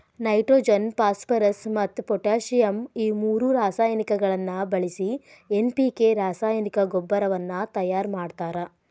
nitrogen phosphorus ಮತ್ತ್ potassium ಈ ಮೂರು ರಾಸಾಯನಿಕಗಳನ್ನ ಬಳಿಸಿ ಎನ್.ಪಿ.ಕೆ ರಾಸಾಯನಿಕ ಗೊಬ್ಬರವನ್ನ ತಯಾರ್ ಮಾಡ್ತಾರ